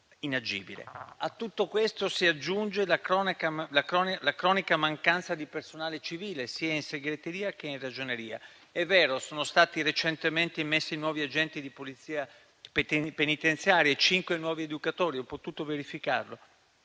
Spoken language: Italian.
A tutto questo si aggiunge la cronica mancanza di personale civile sia in segreteria sia in ragioneria; è vero, sono stati recentemente immessi nuovi agenti di Polizia penitenziaria e cinque nuovi educatori, ho potuto verificarlo,